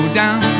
down